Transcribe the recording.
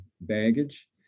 baggage